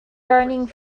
burning